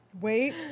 wait